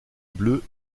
bleu